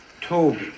Toby